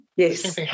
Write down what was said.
Yes